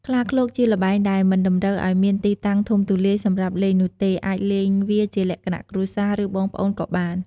ខ្លាឃ្លោកជាល្បែងដែលមិនតម្រូវឱ្យមានទីតាំងធំទូលាយសម្រាប់លេងនោះទេ អាចលេងវាជាលក្ខណៈគ្រួសារ ឬបងប្អូនក៏បាន។